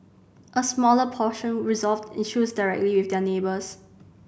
a smaller proportion resolved issues directly with their neighbours